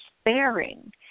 sparing